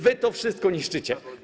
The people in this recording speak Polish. Wy to wszystko niszczycie.